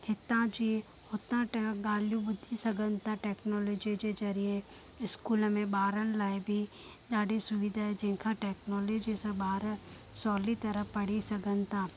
हितांजी हुता ट ॻाल्हियूं ॿुधी सघनि था टैक्नोलॉजी जे ज़रिए इस्कूल में ॿारनि लाइ बि ॾाढी सुविधा आहे जंहिं खां टैक्नोलॉजी सां ॿार सवली तरह पढ़ी सघनि था